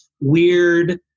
weird